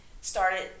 started